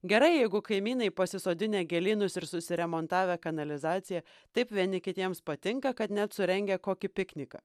gerai jeigu kaimynai pasisodinę gėlynus ir susiremontavę kanalizaciją taip vieni kitiems patinka kad net surengia kokį pikniką